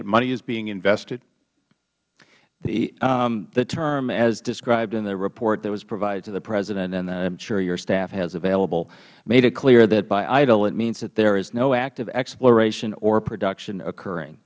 that money is being invested mister hayes the term as described in the report that was provided to the president and i am sure your staff has available made it clear that by idle it means that there is no active exploration or production occurring